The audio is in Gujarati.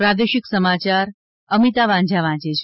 પ્રાદેશિક સમાયાર અમિતા વાંઝા વાંચ છે